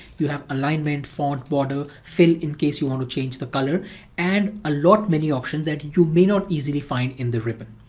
you have alignment, font, border, fill in case you want to change the color and a lot many options that you may not easily find in the ribbon.